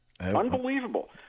Unbelievable